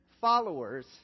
followers